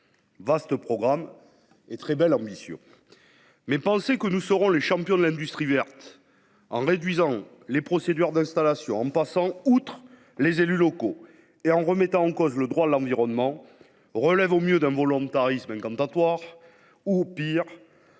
Vaste programme et très belle ambition ! Toutefois, penser que nous serons les champions de l’industrie verte en réduisant les procédures d’installation, en passant outre les élus locaux et en remettant en cause le droit de l’environnement relève au mieux d’un volontarisme incantatoire, au pire